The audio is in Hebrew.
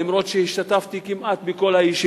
אף שהשתתפתי כמעט בכל הישיבות,